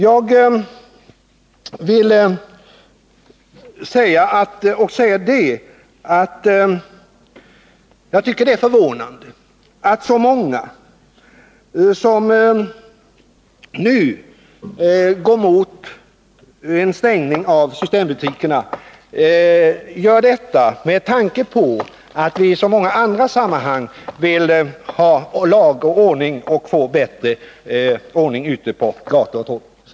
Jag vill säga att jag också tycker det är förvånande att så många som nu går emot en stängning av systembutikerna på lördagar gör detta med tanke på att vi i så många andra sammanhang vill ha lag och ordning och önskar få en bättre ordning ute på gator och torg.